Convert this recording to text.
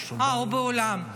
אה, הוא באולם.